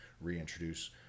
reintroduce